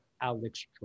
Alex